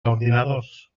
ordinadors